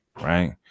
right